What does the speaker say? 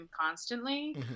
constantly